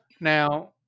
Now